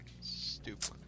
Stupid